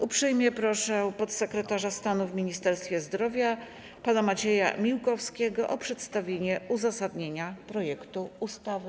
Uprzejmie proszę podsekretarza stanu w Ministerstwie Zdrowia pana Macieja Miłkowskiego o przedstawienie uzasadnienia projektu ustawy.